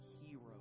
hero